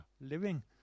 living